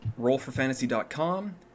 RollForFantasy.com